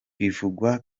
bivugwa